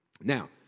Now